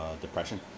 depression